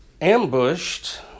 ambushed